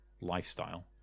lifestyle